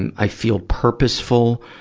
and i feel purposeful,